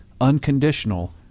unconditional